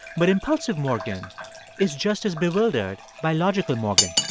but impulsive morgan is just as bewildered by logical morgan.